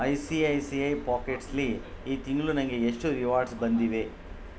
I C I C I ಪಾಕೆಟ್ಸಲ್ಲಿ ಈ ತಿಂಗಳು ನನಗೆ ಎಷ್ಟು ರಿವಾರ್ಡ್ಸ್ ಬಂದಿವೆ